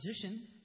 position